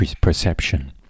perception